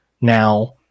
Now